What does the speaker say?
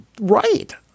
right